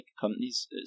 companies